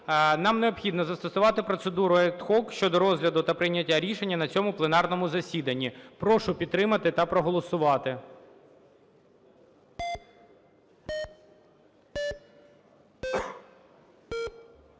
Нам необхідно застосувати процедуру ad hoc щодо розгляду та прийняття рішення на цьому пленарному засіданні. Прошу підтримати та проголосувати.